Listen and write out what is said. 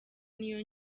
niyo